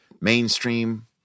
mainstream